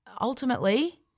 ultimately